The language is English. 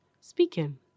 Speaking